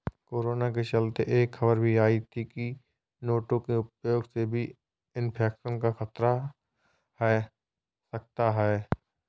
corona के चलते यह खबर भी आई थी की नोटों के उपयोग से भी इन्फेक्शन का खतरा है सकता है